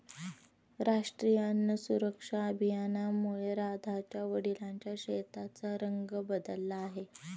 राष्ट्रीय अन्न सुरक्षा अभियानामुळे राधाच्या वडिलांच्या शेताचा रंग बदलला आहे